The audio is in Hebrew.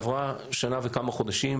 עברו שנה וכמה חודשים,